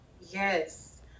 Yes